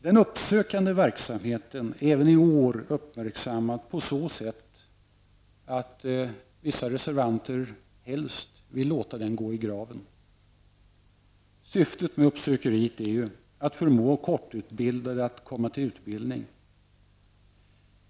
Den uppsökande verksamheten är också uppmärksammad i år på så sätt att vissa reservanter helst vill låta den gå i graven. Syftet med uppsökeriet är ju att förmå kortutbildade att komma till utbildning.